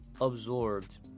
absorbed